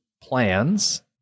plans